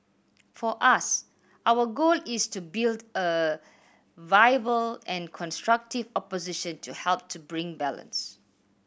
for us our goal is to build a viable and constructive opposition to help to bring balance